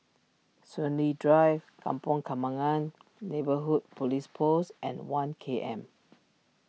Soon Lee Drive Kampong Kembangan Neighbourhood Police Post and one K M